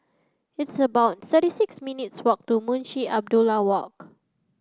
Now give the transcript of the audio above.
it's about thirty six minutes' walk to Munshi Abdullah Walk